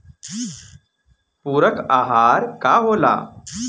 पुरक अहार का होला?